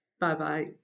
Bye-bye